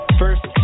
first